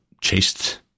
chased